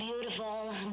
Beautiful